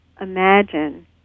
imagine